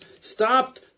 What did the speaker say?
Stop